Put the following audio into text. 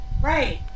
Right